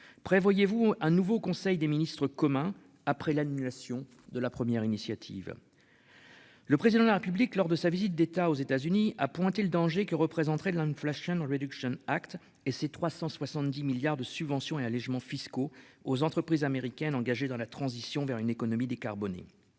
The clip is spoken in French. Prévoyez-vous un nouveau conseil des ministres commun après l'annulation de la première initiative.-- Le président de la République lors de sa visite d'État aux États-Unis a pointé le danger que représenterait l'inflation dans la réduction Act et ses 370 milliards de subventions et allégements fiscaux aux entreprises américaines engagées dans la transition vers une économie décarbonée.